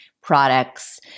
products